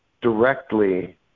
directly